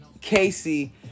Casey